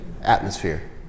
Atmosphere